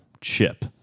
chip